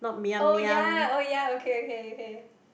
oh ya oh ya okay okay okay